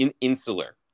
insular